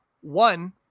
one